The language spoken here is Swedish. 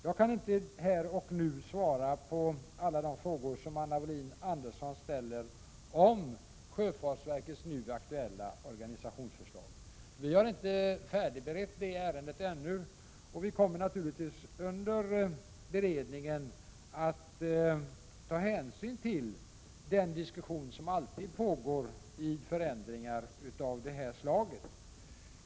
Jag kan inte här och nu svara på alla de frågor Anna Wohlin-Andersson ställer om sjöfartsverkets aktuella organisationsförslag. Regeringen har inte färdigberett det ärendet ännu, och vi kommer naturligtvis att under beredningen ta hänsyn till den diskussion som alltid pågår i samband med förändringar av det här slaget.